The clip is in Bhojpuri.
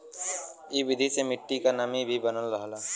इ विधि से मट्टी क नमी भी बनल रहला